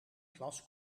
klas